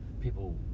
People